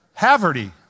Haverty